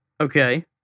Okay